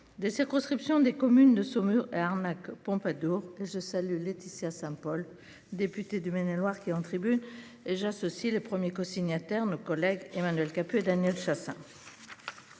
des circonscriptions des communes de Saumur arnaque Pompadour que je salue Laetitia Saint-Paul, député du Maine-et-Loire qui en tribune et j'associe le premiers cosignataires nos collègues Emmanuel Capus Daniel Chassain.